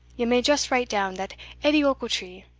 ye may just write down, that edie ochiltree,